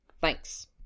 Thanks